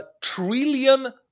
trillion